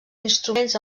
instruments